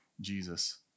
Jesus